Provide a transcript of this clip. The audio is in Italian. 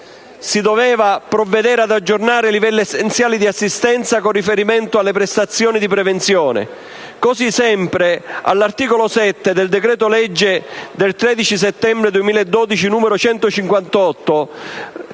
dovuto provvedere ad aggiornare i livelli essenziali di assistenza con riferimento alle prestazioni di prevenzione. All'articolo 7 del decreto-legge 13 settembre 2012, n. 158